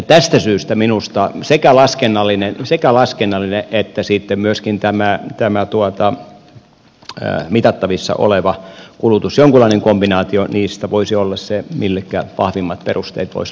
tästä syystä minusta jonkunlainen kombinaatio sekä laskennallisesta että sitten myöskin tästä mitattavissa olevasta kulutuksesta voisi olla se millekä vahvimmat perusteet voisivat löytyä